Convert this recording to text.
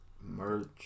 merch